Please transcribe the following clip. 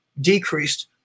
decreased